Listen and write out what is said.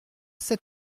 sept